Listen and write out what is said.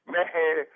Man